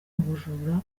ubujura